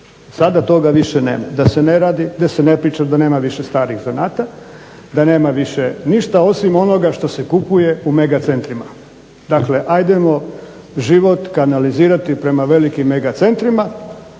Sada toga više nema. Da se ne priča da nema više starih zanata, da nema više ništa osim onoga što se kupuje u mega centrima. Dakle, ajdemo život kanalizirati prema velikim mega centrima